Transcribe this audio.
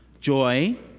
joy